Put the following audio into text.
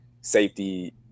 safety